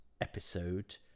episode